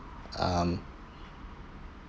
um